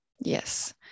Yes